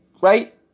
Right